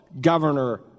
Governor